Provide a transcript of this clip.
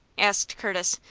asked curtis,